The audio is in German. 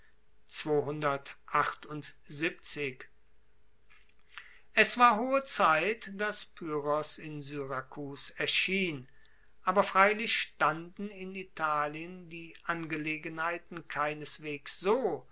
es war hohe zeit dass pyrrhos in syrakus erschien aber freilich standen in italien die angelegenheiten keineswegs so